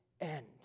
end